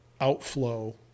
outflow